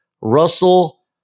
Russell